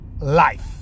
life